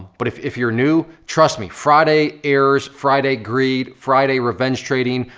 but if if you're new, trust me, friday errors, friday greed, friday revenge trading,